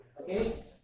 Okay